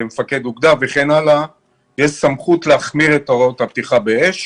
מפקד אוגדה וכן הלאה יש סמכות להחמיר את הוראות הפתיחה באש,